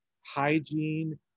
hygiene